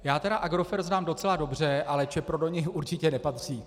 Já tedy Agrofert znám docela dobře, ale Čepro do něj určitě nepatří.